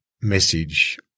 message